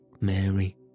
Mary